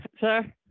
sir